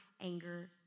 anger